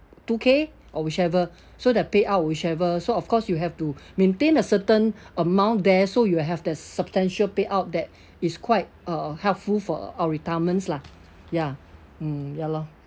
two K or whichever so the payout whichever so of course you have to maintain a certain amount there so you'll have the substantial payout that is quite uh helpful for our retirements lah ya mm ya lor